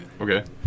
Okay